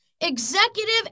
Executive